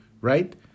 Right